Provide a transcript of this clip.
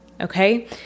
Okay